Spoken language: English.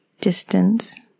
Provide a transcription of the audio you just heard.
distance